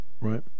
Right